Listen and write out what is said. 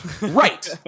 Right